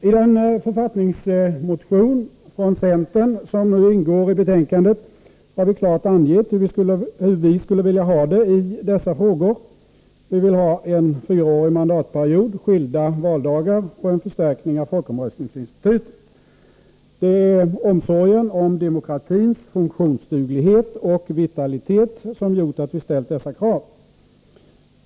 I den författningsmotion från centern som behandlas i detta betänkande har vi klart angett hur vi skulle vilja ha det i dessa frågor. Vi vill ha en fyraårig mandatperiod, skilda valdagar och en förstärkning av folkomröstningsinstitutet. Det är omsorgen om demokratins funktionsduglighet och vitalitet som gjort att vi ställt dessa krav.